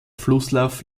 flusslauf